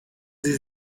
sie